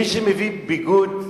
מי שמביא ביגוד והנעלה,